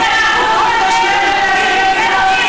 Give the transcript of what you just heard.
מאה אחוז מתושבי תל אביב הם חילונים,